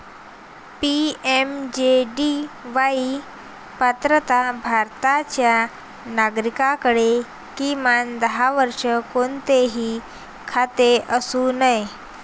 PMJDY पात्रता भारताच्या नागरिकाकडे, किमान दहा वर्षे, कोणतेही खाते असू नये